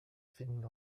finden